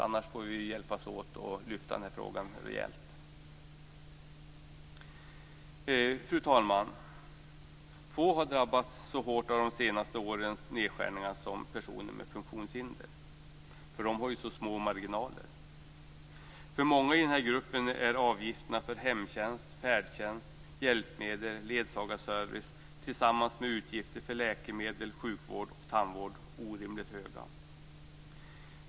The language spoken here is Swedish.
Annars får vi hjälpas åt att lyfta den här frågan rejält. Fru talman! Få har drabbats så hårt av de senaste årens nedskärningar som personer med funktionshinder eftersom de har så små marginaler. För många i den här gruppen är avgifterna för hemtjänst, färdtjänst, hjälpmedel, ledsagarservice tillsammans med utgifter för läkemedel, sjukvård och tandvård orimligt höga.